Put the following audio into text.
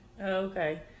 Okay